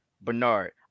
Bernard